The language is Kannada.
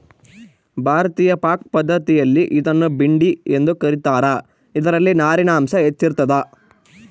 ಭಾರತೀಯ ಪಾಕಪದ್ಧತಿಯಲ್ಲಿ ಇದನ್ನು ಭಿಂಡಿ ಎಂದು ಕ ರೀತಾರ ಇದರಲ್ಲಿ ನಾರಿನಾಂಶ ಹೆಚ್ಚಿರ್ತದ